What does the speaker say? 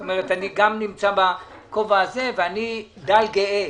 אני גם בכובע הזה ואני די גאה